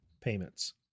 payments